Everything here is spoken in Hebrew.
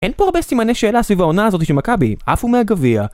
אין פה הרבה סימני שאלה סביב העונה הזאת של מכבי, עפו מהגביע.